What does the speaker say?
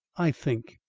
i think.